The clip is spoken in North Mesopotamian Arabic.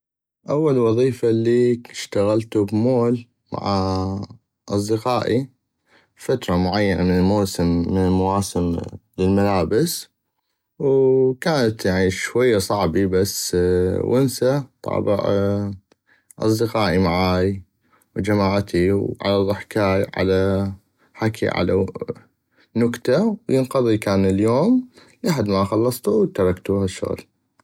اول وضيفة لي اشتغلتو بمول مع اصدقائي فترة معينة من الموسم من المواسم للملابس ووو كانت شوي صعبي بس ونسة طابع اصدقائي معاي وجماعتي وعلى ضحكاي وعلى حكي على نكتةوينقضي اليوم لحد ما خلصتو وتركتونو للشغل